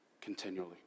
continually